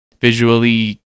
visually